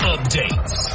Updates